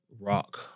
rock